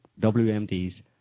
WMDs